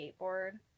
skateboard